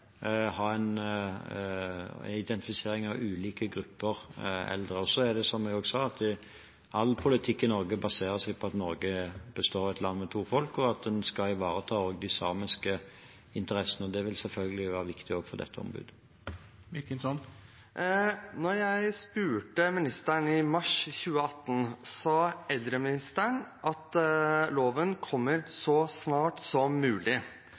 jeg også sa, baserer all politikk i Norge seg på at Norge skal være et land med to folk, og at vi skal ivareta de samiske interessene. Det vil selvfølgelig være viktig for dette ombudet. Da jeg spurte ministeren i mars 2018, sa eldreministeren at loven ville komme så snart som mulig.